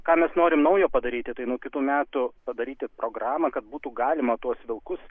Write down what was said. ką mes norim naujo padaryti tai nuo kitų metų padaryti programą kad būtų galima tuos vilkus